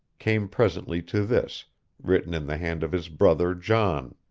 came presently to this written in the hand of his brother john